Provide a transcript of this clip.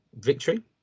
victory